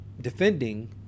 defending